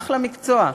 אחלה מקצוע.